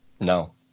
No